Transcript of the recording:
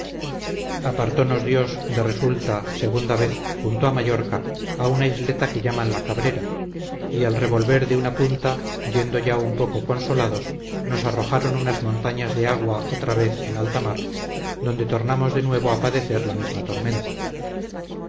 apartonos dios de resulta segunda vez junto a mallorca a una isleta que llaman la cabrera y al revolver de una punta yendo ya un poco consolados nos arrojaron unas montañas de agua otra vez en alta mar donde tornamos de nuevo a padecer la misma tormenta